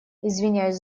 извиняюсь